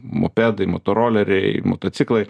mopedai motoroleriai motociklai